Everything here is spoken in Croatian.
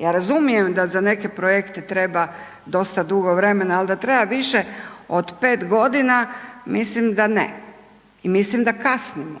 Ja razumijem da za neke projekte treba dosta dugo vremena, ali da treba više od pet godina, mislim da ne i mislim da kasnimo.